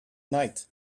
night